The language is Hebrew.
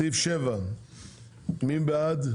סעיף 7. מי בעד?